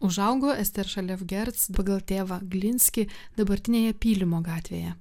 užaugo ester šalevgerc pagal tėvą glinskį dabartinėje pylimo gatvėje